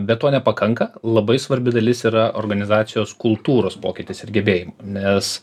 bet to nepakanka labai svarbi dalis yra organizacijos kultūros pokytis ir gebėjimai nes